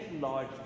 large